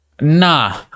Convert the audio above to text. Nah